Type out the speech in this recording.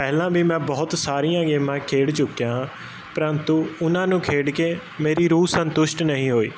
ਪਹਿਲਾਂ ਵੀ ਮੈਂ ਬਹੁਤ ਸਾਰੀਆਂ ਗੇਮਾਂ ਖੇਡ ਚੁੱਕਿਆ ਪ੍ਰੰਤੂ ਉਹਨਾਂ ਨੂੰ ਖੇਡ ਕੇ ਮੇਰੀ ਰੂਹ ਸੰਤੁਸ਼ਟ ਨਹੀਂ ਹੋਈ